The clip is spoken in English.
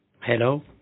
Hello